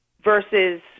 versus